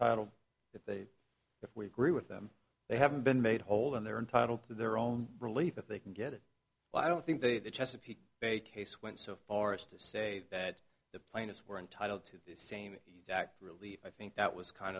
entitled if they if we agree with them they haven't been made whole and they're entitled to their own relief if they can get it i don't think they the chesapeake bay case went so far as to say that the plaintiffs were entitled to the same exact relief i think that was kind